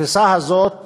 התפיסה הזאת